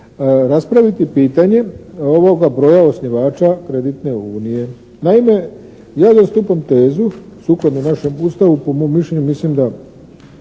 raspraviti pitanje ovoga broja osnivača kreditne unije. Naime, ja zastupam tezu sukladno našem Ustavu, po mom mišljenju mislim da